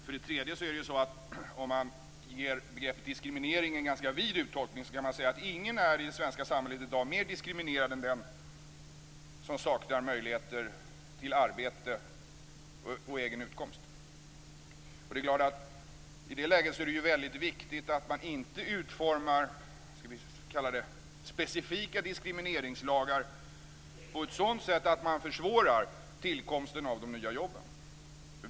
För det tredje är det så att om man ger begreppet diskriminering en ganska vid uttolkning kan man säga att ingen i det svenska samhället i dag är mer diskriminerad än den som saknar möjligheter till arbete och egen utkomst. Det är klart att det i det läget är väldigt viktigt att man inte utformar, skall vi kalla det, specifika diskrimineringslagar på ett sådant sätt att man försvårar tillkomsten av de nya jobben.